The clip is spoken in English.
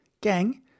gang